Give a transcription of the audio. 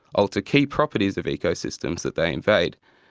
alter key properties of ecosystems that they invade,